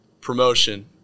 promotion